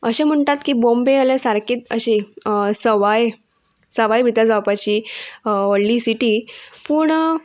अशें म्हणटात की बॉम्बे जाल्यार सारकी अशी सवाय सवाय भितर जावपाची व्हडली सिटी पूण